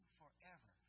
forever